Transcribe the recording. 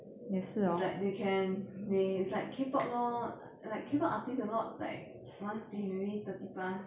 it's like they can they it's like K pop lor like K pop artists a lot like once they maybe thirty plus